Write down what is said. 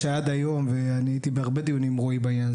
אני הייתי בהרבה מאוד דיונים בעניין הזה,